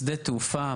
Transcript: שדה תעופה,